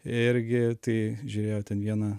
irgi tai žiūrėjo ten vieną